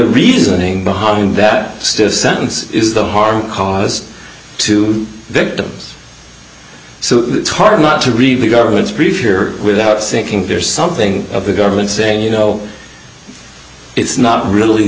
reasoning behind that stiff sentence is the harm caused to victims so hard not to read the government's brief here without thinking there's something of the government saying you know it's not really